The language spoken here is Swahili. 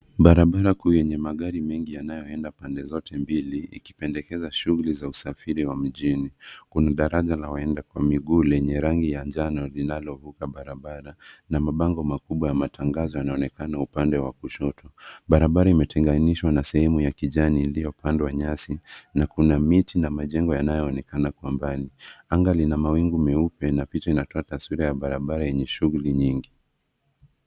Barabara kuu yenye magari mengi yanayoenda pande zote mbili ikipendekeza shughuli za usafiri wa mjini. Kuna daraja la waenda kwa miguu lenye rangi ya njano linalovuka barabara na mabango makubwa ya matangazo yanaonekana upande wa kushoto. Barabara imetenganishwa na sehemu ya kijani iliyopandwa nyasi na kuna miti na majengo yanayoonekana kwa mbali. Anga lina mawingu meupe na picha inatoa taswira ya barabara yenye shughuli nyingi.